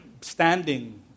standing